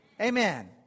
Amen